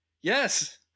yes